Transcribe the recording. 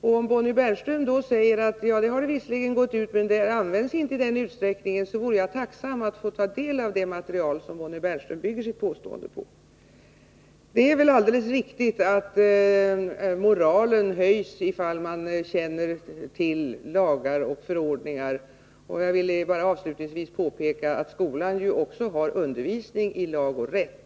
När Bonnie Bernström säger att alla dessa inte används, vore jag tacksam att få ta del av det material som hon bygger sitt påstående på. Det är väl alldeles riktigt att moralen höjs ifall man känner till lagar och förordningar. Jag vill avslutningsvis bara påpeka att skolan ju också har undervisning i lag och rätt.